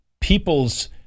people's